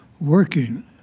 working